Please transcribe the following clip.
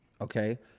Okay